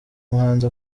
muhanzi